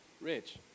rich